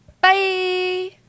Bye